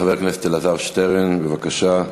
חבר הכנסת אלעזר שטרן, בבקשה.